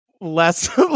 less